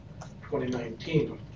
2019